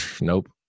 nope